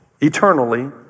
eternally